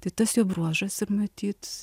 tai tas jo bruožas ir matyt